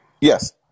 yes